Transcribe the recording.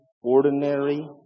ordinary